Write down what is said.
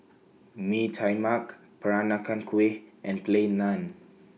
Mee Tai Mak Peranakan Kueh and Plain Naan